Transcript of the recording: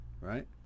Right